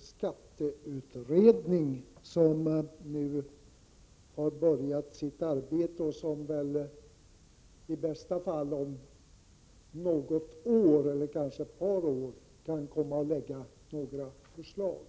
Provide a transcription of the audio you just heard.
skatteutredning som nu har påbörjat sitt arbete och som väl i bästa fall kommer att lägga fram sitt förslag om ett eller ett par år.